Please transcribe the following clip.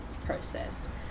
process